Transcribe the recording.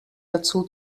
dazu